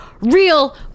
real